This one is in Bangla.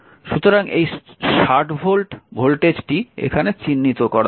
সুতরাং এই 60 ভোল্ট ভোল্টেজটি এখানে চিহ্নিত করা হয়েছে